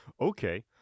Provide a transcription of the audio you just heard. Okay